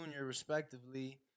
respectively